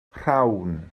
rhawn